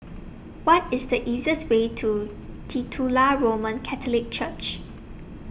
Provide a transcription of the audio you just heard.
What IS The easiest Way to Titular Roman Catholic Church